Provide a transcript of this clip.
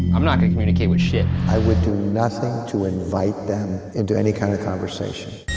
i'm not gonna communicate with shit. i would do nothing to invite them into any kind of conversation.